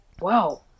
wow